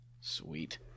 Sweet